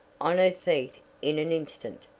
on her feet in an instant.